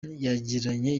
yagiranye